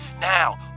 now